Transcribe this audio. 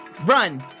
run